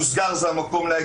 ובסופו של דבר אתם דחיתם,